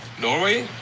Norway